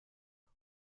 och